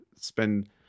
spend